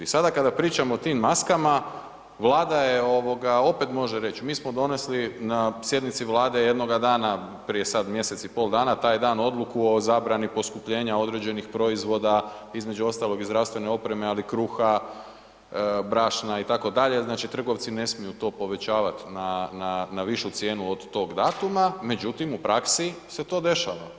I sada kada pričamo o tim maskama, Vlada je ovoga opet može reći, mi smo donesli na sjednici Vlade jednoga dana prije sada mjesec i pol dana taj dan odluku o zabrani poskupljenja određenih proizvoda, između ostalog i zdravstvene opreme, ali i kruha, brašna itd., znači trgovci ne smiju to povećavat na višu cijenu od tog datuma, međutim u praksi se to dešava.